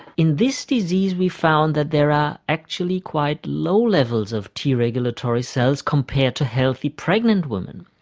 in this disease we found that there are actually quite low levels of t regulatory cells compared to healthy pregnant women.